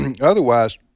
otherwise